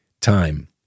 time